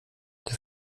der